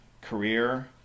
career